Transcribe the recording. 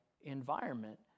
environment